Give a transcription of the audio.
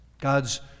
God's